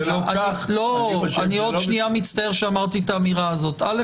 זה לא כך --- אני עדיין מחכה לדוח --- א',